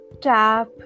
tap